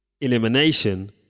Elimination